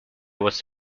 was